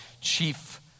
chief